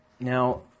Now